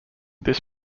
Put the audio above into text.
this